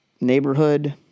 neighborhood